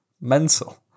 Mental